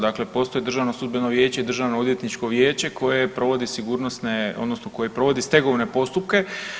Dakle, postoji Državno sudbeno vijeće i Državno odvjetničko vijeće koje provodi sigurnosne, odnosno koje provodi stegovne postupke.